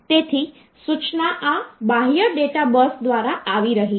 તેથી સૂચના આ બાહ્ય ડેટા બસ દ્વારા આવી રહી છે